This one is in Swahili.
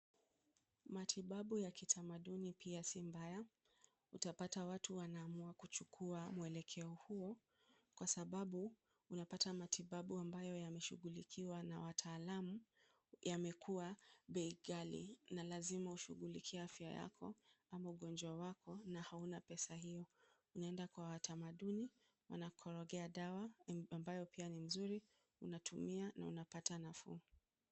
Matibabu ya kitamaduni pia si mbaya, utapata watu wana amua kuchukua mwelekeo huo, kwa sababu, unapata matibabu ambayo yameshugulikiwa na wataalamu, yamekua, bei gali, na lazima ushugulikie afya yako, ama ugonjwa wako, na hauna pesa hio, unaenda kwa watamaduni, wanakukorogea dawa, ambayo pia ni nzuri, unatumia, na unapata nafuu.